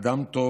אדם טוב